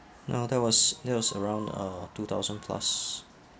no that was that was around uh two thousand plus